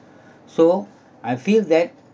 so I feel that